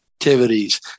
activities